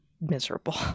miserable